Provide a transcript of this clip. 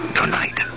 tonight